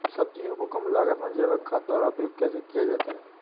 सब्जियों को कम लागत में जैविक खाद द्वारा उपयोग कैसे किया जाता है?